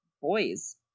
boys